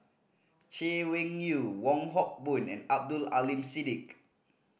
Chay Weng Yew Wong Hock Boon and Abdul Aleem Siddique